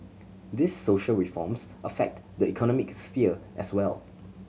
these social reforms affect the economic sphere as well